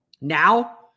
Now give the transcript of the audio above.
Now